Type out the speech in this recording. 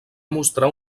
mostrar